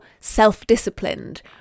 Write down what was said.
self-disciplined